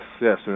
yes